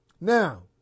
Now